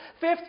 Fifth